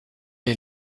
est